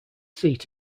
seat